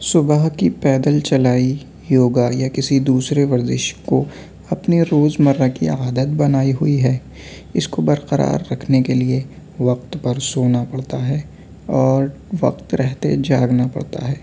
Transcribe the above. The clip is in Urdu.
صبح کی پیدل چلائی یوگا یا کسی دوسرے ورزش کو اپنے روزمرہ کی عادت بنائی ہوئی ہے اس کو برقرار رکھنے کے لیے وقت پر سونا پڑتا ہے اور وقت رہتے جاگنا پڑتا ہے